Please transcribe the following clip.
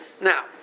Now